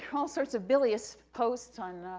all sorts of bilious posts on,